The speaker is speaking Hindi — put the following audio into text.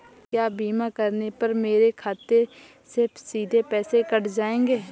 क्या बीमा करने पर मेरे खाते से सीधे पैसे कट जाएंगे?